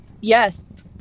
Yes